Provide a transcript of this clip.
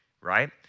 right